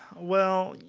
well,